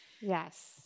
Yes